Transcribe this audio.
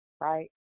right